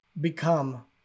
become